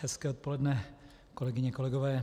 Hezké odpoledne, kolegyně a kolegové.